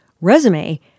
resume